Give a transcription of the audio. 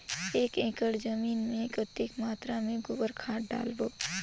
एक एकड़ जमीन मे कतेक मात्रा मे गोबर खाद डालबो?